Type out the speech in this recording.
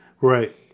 Right